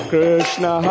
Krishna